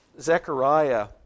Zechariah